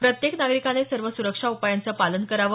प्रत्येक नागरिकाने सर्व सुरक्षा उपायांचं पालन करावं